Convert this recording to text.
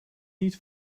niet